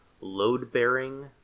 load-bearing